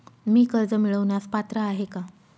मी कर्ज मिळवण्यास पात्र आहे का?